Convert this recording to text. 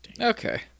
Okay